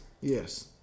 yes